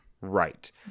right